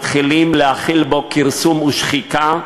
מתחילים להחיל בו כרסום ושחיקה,